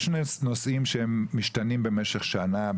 יש נושאים שמשתנים במשך שנה,